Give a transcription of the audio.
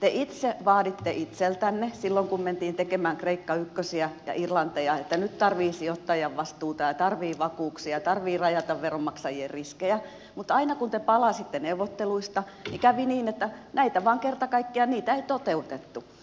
te itse vaaditte itseltänne silloin kun mentiin tekemään kreikka ykkösiä ja irlanteja että nyt tarvitaan sijoittajavastuuta ja tarvitaan vakuuksia tarvitsee rajata veronmaksajien riskejä mutta aina kun te palasitte neuvotteluista kävi niin että näitä vain kerta kaikkiaan ei toteutettu